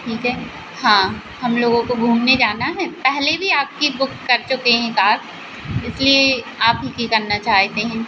ठीक है हाँ हम लोगों को घूमने जाना है पहले भी आपकी बुक कर चुके हैं कार इसलिए आप ही की करना चाहते हैं